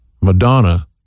Madonna